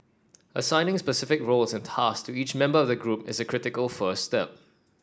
assigning specific roles and tasks to each member of the group is a critical first step